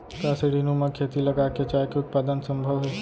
का सीढ़ीनुमा खेती लगा के चाय के उत्पादन सम्भव हे?